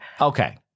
Okay